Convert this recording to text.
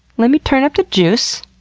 let me turn up the juice,